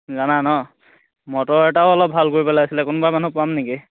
জানা ন মটৰ এটাও অলপ ভাল কৰিবলে আছিলে কোনোবা মানুহ পাম নেকি